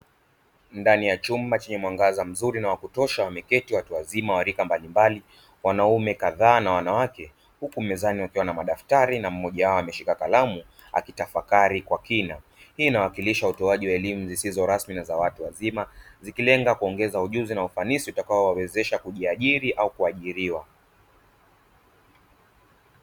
Ndani ya chumba chenye mwangaza mzuri na wa kutosha, wameketii watu wazima wa rika mbalimbali, wanaume kadhaa na wanawake, huku mezani wakiwa na madaftari na mmoja wao ameshika kalamu akitafakari kwa kina. Hii inawakilisha utoaji wa elimu zisizo rasmi na za watu wazima, zikilenga kuongeza ujuzi na ufanisi utakaowawezesha kujiajiri au kuajiriwa.